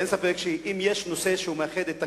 אין ספק שאם יש נושא שהוא מאחד את הכנסת,